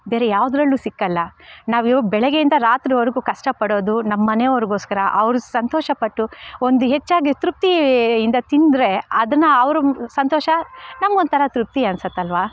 ಬೇರೆ ಯಾವುದ್ರಲ್ಲು ಸಿಗೋಲ್ಲ ನಾವಿವಾಗ ಬೆಳಗ್ಗೆಯಿಂದ ರಾತ್ರಿವರೆಗೂ ಕಷ್ಟ ಪಡೋದು ನಮ್ಮನೆಯವ್ರ್ಗೋಸ್ಕರ ಅವರು ಸಂತೋಷಪಟ್ಟು ಒಂದು ಹೆಚ್ಚಾಗಿ ತೃಪ್ತಿಯಿಂದ ತಿಂದರೆ ಅದನ್ನು ಅವರು ಸಂತೋಷ ನಮ್ಗೊಂತಥ ತೃಪ್ತಿ ಅನ್ಸುತ್ತಲ್ವ